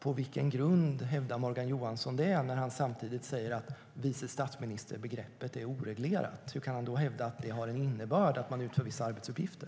På vilken grund hävdar Morgan Johansson detta när han samtidigt säger att vicestatsministerbegreppet är oreglerat? Hur kan han då hävda att begreppet har en innebörd att utföra vissa arbetsuppgifter?